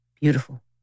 beautiful